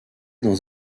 dans